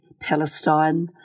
Palestine